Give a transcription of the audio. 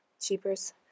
cheaper's